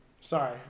Sorry